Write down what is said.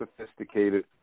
sophisticated